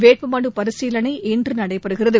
வேட்புமனு பரிசீலனை இன்று நடைபெறுகிறது